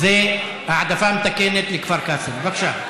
זאת העדפה מתקנת לכפר קאסם, בבקשה.